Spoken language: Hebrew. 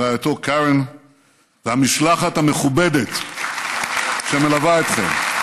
רעייתו קארן והמשלחת המכובדת שמלווה אתכם.